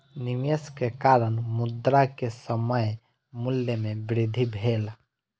निवेश के कारण, मुद्रा के समय मूल्य में वृद्धि भेल